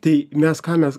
tai mes ką mes